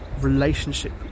relationship